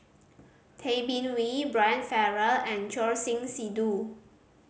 Tay Bin Wee Brian Farrell and Choor Singh Sidhu